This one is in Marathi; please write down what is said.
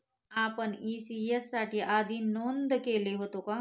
आपण इ.सी.एस साठी आधी नोंद केले होते का?